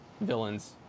villains